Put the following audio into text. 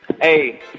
Hey